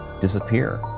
disappear